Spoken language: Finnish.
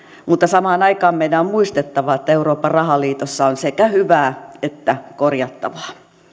mutta samaan aikaan meidän on on muistettava että euroopan rahaliitossa on sekä hyvää että korjattavaa